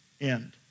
End